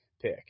pick